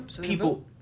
people